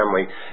family